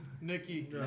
Nikki